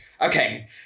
okay